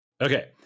okay